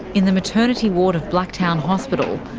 in the maternity ward of blacktown hospital,